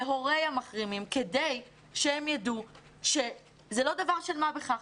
להורי המחרימים כדי שהם ידעו שזה לא דבר של מה בכך.